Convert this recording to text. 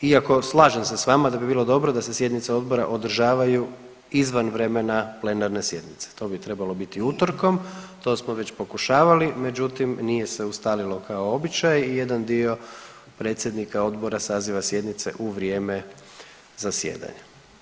Iako slažem se s vama da bi bilo dobro da se sjednice odbora održavaju izvan vremena plenarne sjednice, to bi trebalo biti utorkom to smo već pokušavali, međutim nije se ustalilo kao običaj i jedan dio predsjednika odbora saziva sjednice u vrijeme zasjedanja.